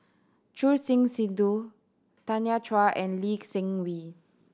Choor Singh Sidhu Tanya Chua and Lee Seng Wee